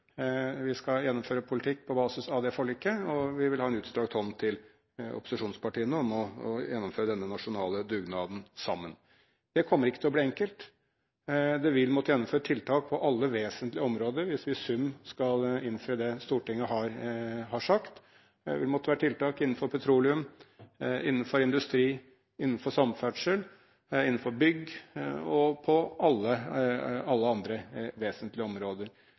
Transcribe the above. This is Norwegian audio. Vi skal gjennomføre politikk på basis av det forliket, og vi vil ha en utstrakt hånd til opposisjonspartiene om å gjennomføre denne nasjonale dugnaden sammen. Det kommer ikke til å bli enkelt. Det vil måtte gjennomføres tiltak på alle vesentlige områder hvis vi i sum skal innfri det Stortinget har vedtatt. Det vil måtte være tiltak innenfor petroleum, innenfor industri, innenfor samferdsel, innenfor bygg og på alle andre vesentlige områder.